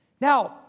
Now